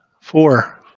four